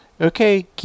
Okay